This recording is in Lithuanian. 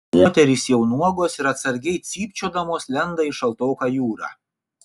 moterys jau nuogos ir atsargiai cypčiodamos lenda į šaltoką jūrą